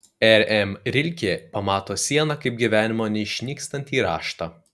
r m rilke pamato sieną kaip gyvenimo neišnykstantį raštą